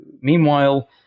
meanwhile